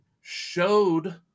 showed